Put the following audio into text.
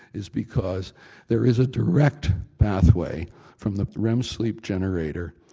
is because there is a direct pathway from the rem sleep generator,